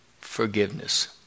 forgiveness